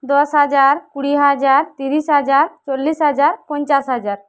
দশ হাজার কুড়ি হাজার তিরিশ হাজার চল্লিশ হাজার পঞ্চাশ হাজার